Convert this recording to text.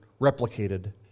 replicated